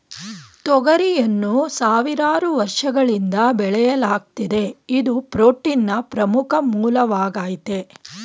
ತೊಗರಿಯನ್ನು ಸಾವಿರಾರು ವರ್ಷಗಳಿಂದ ಬೆಳೆಯಲಾಗ್ತಿದೆ ಇದು ಪ್ರೋಟೀನ್ನ ಪ್ರಮುಖ ಮೂಲವಾಗಾಯ್ತೆ